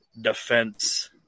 defense